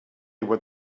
what